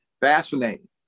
Fascinating